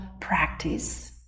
practice